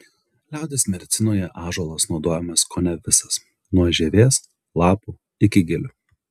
liaudies medicinoje ąžuolas naudojamas kone visas nuo žievės lapų iki gilių